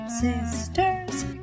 sisters